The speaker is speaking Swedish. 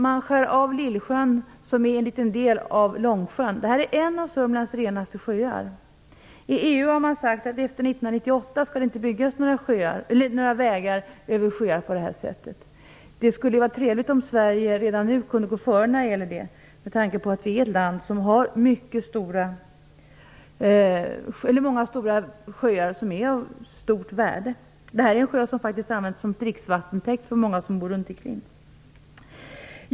Man skär av Lillsjön, som är en liten del av Långsjön. Det här är en av Sörmlands renaste sjöar. I EU har man sagt att efter 1988 skall det inte byggas några vägar över sjöar på det här sättet. Det skulle vara trevligt om Sverige redan nu kunde vara en föregångare i det avseendet, med tanke på att det i vårt land finns många stora sjöar som är av stort värde. Den sjön används faktiskt som dricksvattentäkt för många som bor runt omkring.